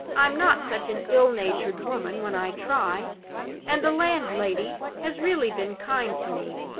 i'm not such an ill-natured woman when i try and the landlady has really been kind to me.